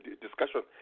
discussion